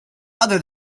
other